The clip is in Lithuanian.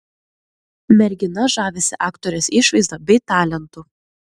mergina žavisi aktorės išvaizda bei talentu